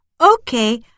Okay